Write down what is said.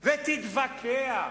ותתווכח,